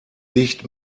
dicht